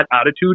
attitude